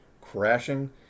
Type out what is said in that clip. crashing